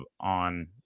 on